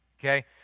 okay